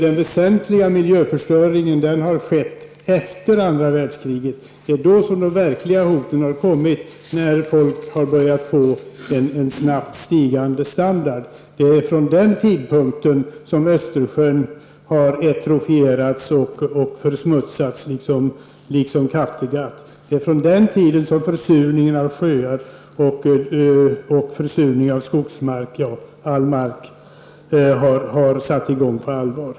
Den väsentliga miljöförstöringen har skett efter andra världskriget. Det är då som de verkliga hoten har kommit när folk har börjat få en snabbt stigande standard. Det är från den tidpunkten som Östersjön har atrofierats och försmutsats, liksom Kattegatt. Det är från den tidpunkten som försurningen av sjöarna och skogsmarkerna, ja, all mark, har satt i gång på allvar.